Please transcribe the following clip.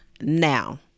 now